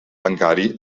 bancari